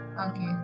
Okay